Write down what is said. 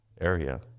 area